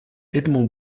edmond